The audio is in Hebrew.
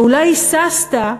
ואולי היססת,